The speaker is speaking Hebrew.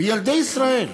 בילדי ישראל.